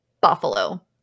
Buffalo